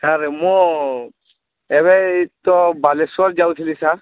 sir ମୁଁ ଏବେ ଇ ତ ବାଲେଶ୍ୱର ଯାଉଥିଲି ସାର୍